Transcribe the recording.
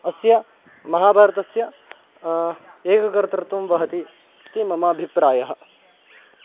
अस्य महाभारतस्य एककर्तृत्वं वहति इति मम अभिप्रायः